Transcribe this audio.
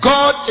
God